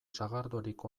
sagardorik